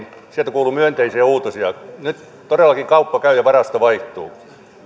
kuuluu myönteisiä uutisia nyt todellakin kauppa käy ja varasto vaihtuu